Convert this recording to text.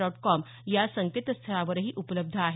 dot com या संकेतस्थळावरही उपलब्ध आहे